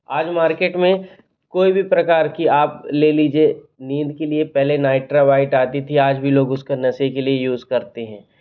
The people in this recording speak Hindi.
आज मार्केट में कोई भी प्रकार की आप ले लीजिए नींद के लिए पहले नाइट्रा व्हाइट आती थी आज भी लोग उसका नशे के लिए यूज़ करते हैं